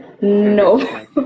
No